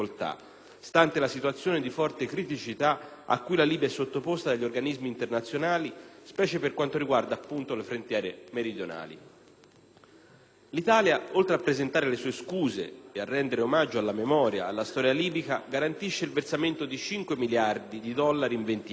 stante la situazione di forte criticità cui la Libia è sottoposta dagli organismi internazionali, specie per quanto riguarda appunto le frontiere meridionali. L'Italia, oltre a presentare le sue scuse e a rendere omaggio alla memoria e alla storia libica, garantisce il versamento di 5 miliardi di dollari in venti